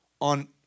on